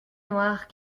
noirs